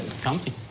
Comfy